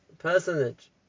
personage